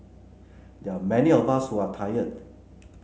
there are many of us who are tired